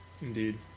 Indeed